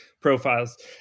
profiles